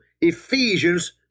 Ephesians